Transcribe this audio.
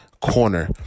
corner